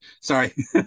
Sorry